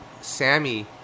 Sammy